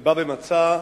שבא במצע,